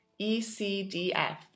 ECDF